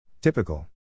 Typical